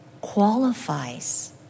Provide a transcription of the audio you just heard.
qualifies